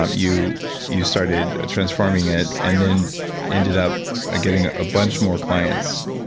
um you you started transforming it and then ended up ah getting a bunch more clients.